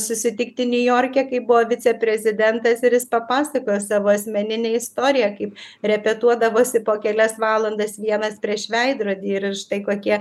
susitikti niujorke kai buvo viceprezidentas ir jis papasakojo savo asmeninę istoriją kaip repetuodavosi po kelias valandas vienas prieš veidrodį ir štai kokie